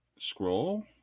scroll